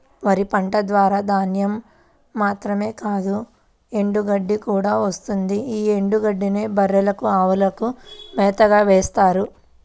వరి పంట ద్వారా ధాన్యం మాత్రమే కాదు ఎండుగడ్డి కూడా వస్తుంది యీ ఎండుగడ్డినే బర్రెలకు, అవులకు మేతగా వేత్తారు